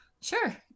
Sure